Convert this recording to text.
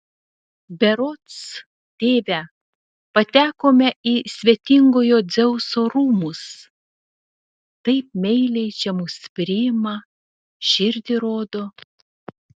berods tėve patekome į svetingojo dzeuso rūmus taip meiliai čia mus priima širdį rodo